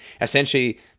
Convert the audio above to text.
essentially